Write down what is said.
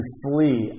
flee